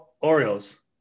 Orioles